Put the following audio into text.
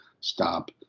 stop